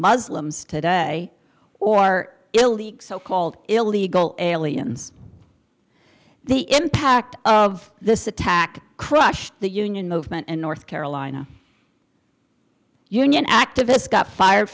muslims today or elite so called illegal aliens the impact of this attack crushed the union movement in north carolina union activists got fired